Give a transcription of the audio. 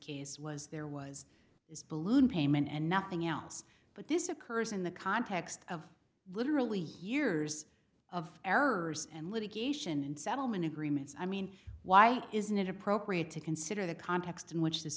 case was there was this balloon payment and nothing else but this occurs in the context of literally years of errors and litigation in settlement agreements i mean why isn't it appropriate to consider the context in which this